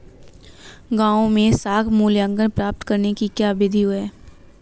गाँवों में साख मूल्यांकन प्राप्त करने की क्या विधि है?